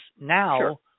now